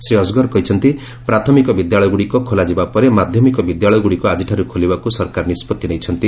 ଶ୍ରୀ ଅସଗର କହିଛନ୍ତି ପ୍ରାଥମିକ ବିଦ୍ୟାଳୟଗୁଡ଼ିକ ଖୋଲିଯିବା ପରେ ମାଧ୍ୟମିକ ବିଦ୍ୟାଳୟଗୁଡ଼ିକ ଆଜିଠାରୁ ଖୋଲିବାକୁ ସରକାର ନିଷ୍ପଭି ନେଇଛନ୍ତି